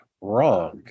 wrong